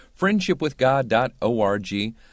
friendshipwithgod.org